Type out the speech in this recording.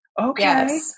okay